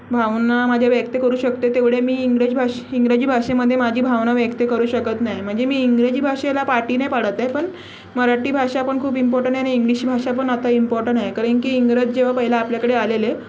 भावना माझ्या व्यक्त करू शकते तेवढ्या मी इंग्रजी भाष इंग्रजी भाषेमध्ये माझी भावना व्यक्त करू शकत नाही म्हणजे मी इंग्रजी भाषेला पाठी नाही पाडत आहे पण मराठी भाषा पण खूप इम्पॉर्टंट आहे इंग्लिश भाषा पण आता इम्पॉर्टन आहे कारण की इंग्रज जेव्हा पहिला आपल्याकडे आलेले